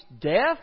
death